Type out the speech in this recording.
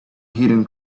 hidden